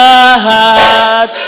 God